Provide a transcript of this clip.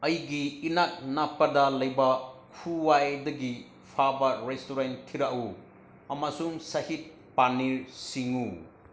ꯑꯩꯒꯤ ꯏꯅꯥꯛ ꯅꯛꯄꯗ ꯂꯩꯕ ꯈ꯭ꯋꯥꯏꯗꯒꯤ ꯐꯕ ꯔꯦꯁꯇꯨꯔꯦꯟ ꯊꯤꯔꯛꯎ ꯑꯃꯁꯨꯡ ꯁꯍꯤ ꯄꯥꯅꯤꯔ ꯁꯤꯡꯉꯨ